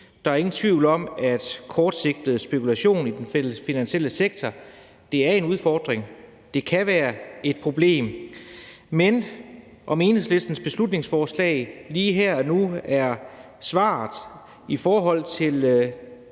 Der er ingen tvivl om, at kortsigtet spekulation i den fælles finansielle sektor er en udfordring, og at det kan være et problem. Men om Enhedslistens beslutningsforslag lige her og nu er svaret i forhold til